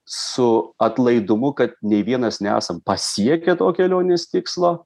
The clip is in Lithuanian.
su atlaidumu kad nei vienas nesam pasiekę to kelionės tikslo